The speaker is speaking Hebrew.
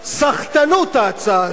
סחטנות ההצעה הזאת.